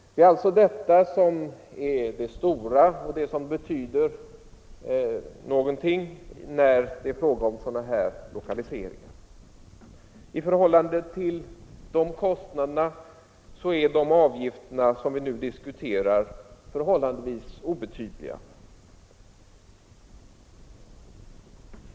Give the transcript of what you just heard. Det är alltså detta som är det stora och det som betyder någonting när det är fråga om sådana här lokaliseringar. I förhållande till de kostnaderna är de avgifter som vi nu diskuterar relativt obetydliga.